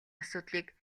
асуудлыг